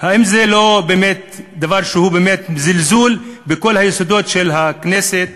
האם זה לא דבר שהוא זלזול בכל היסודות של הכנסת